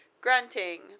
grunting